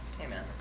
Amen